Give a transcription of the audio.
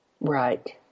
Right